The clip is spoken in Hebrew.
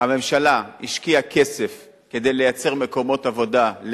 הממשלה השקיעה כסף כדי לייצר מקומות עבודה,